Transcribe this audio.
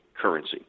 currency